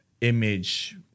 image